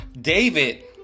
David